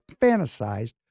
fantasized